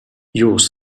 yours